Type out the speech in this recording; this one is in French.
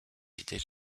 idées